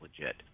legit